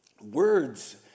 words